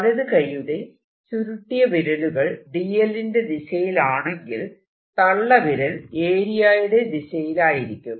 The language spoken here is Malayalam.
വലതുകൈയുടെ ചുരുട്ടിയ വിരലുകൾ dl ന്റെ ദിശയിലാണെങ്കിൽ തള്ള വിരൽ ഏരിയയുടെ ദിശയിലായിരിക്കും